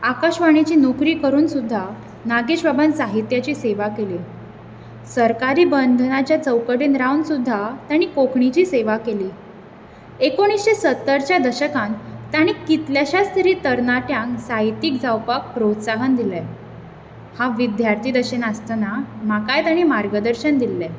आकाशवाणीची नोकरी करून सुद्दां नागेशबाबान साहित्याची सेवा केली सरकारी बधंनाच्या चौकटेंत रावून सुद्दां ताणी कोंकणीची सेवा केली एकोणिशें सत्तरच्या दशकांत ताणी कितल्याश्यांच तरी तरणाट्यांक साहित्यीक जावपाक प्रोत्साहन दिलें हांव विद्यार्थी दशेंत आसतना म्हाकाय ताणी मार्गदर्शन दिल्लें